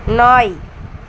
நாய்